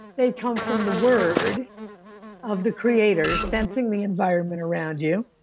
they come from the word of the creator sensing the environment around you